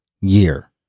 year